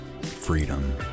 freedom